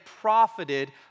profited